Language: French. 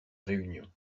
réunion